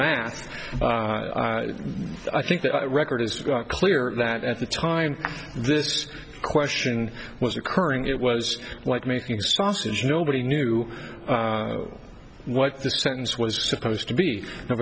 math i think the record is clear that at the time this question was occurring it was like making sausage nobody knew what the sentence was supposed to be